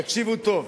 תקשיבו טוב.